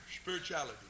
spirituality